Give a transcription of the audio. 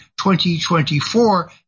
2024